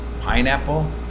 pineapple